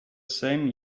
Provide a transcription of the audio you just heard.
same